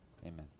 amen